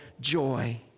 joy